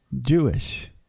Jewish